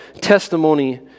testimony